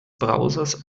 browsers